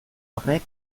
horrek